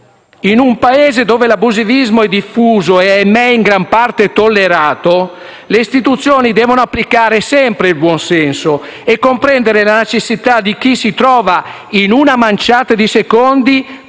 In un Paese dove l'abusivismo è diffuso e - ahimè - in gran parte tollerato, le Istituzioni devono applicare sempre il buon senso e comprendere le necessità di chi si trova, in una manciata di secondi,